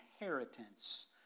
inheritance